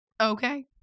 Okay